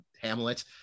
hamlet